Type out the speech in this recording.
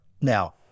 now